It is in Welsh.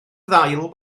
ddail